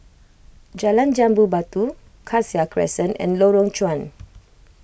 Jalan Jambu Batu Cassia Crescent and Lorong Chuan